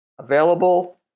Available